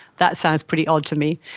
that's sounds pretty odd to me.